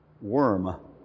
worm